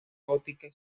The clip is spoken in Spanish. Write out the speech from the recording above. gótica